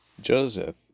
Joseph